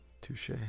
Touche